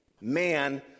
man